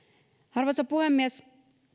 arvoisa puhemies